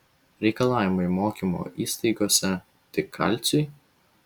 reikalavimai mokymo įstaigose tik kalciui